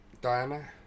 Diana